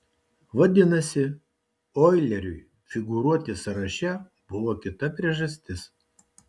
vadinasi oileriui figūruoti sąraše buvo kita priežastis